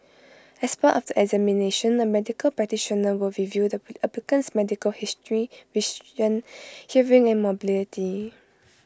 as part of the examination A medical practitioner will review the applicant's medical history vision hearing and mobility